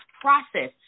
process